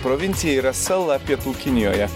provincija yra sala pietų kinijoje